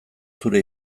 zure